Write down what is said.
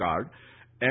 card એમ